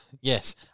Yes